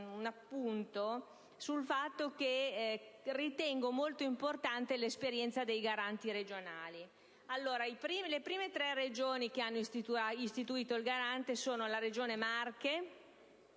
notazione sul fatto che ritengo molto importante l'esperienza dei Garanti regionali. Le prime tre Regioni che hanno istituito il Garante sono le Marche,